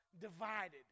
divided